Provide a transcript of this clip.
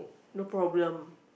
no problem